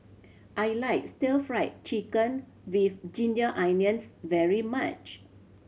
I like Stir Fried Chicken With Ginger Onions very much